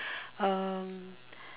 um